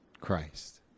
Christ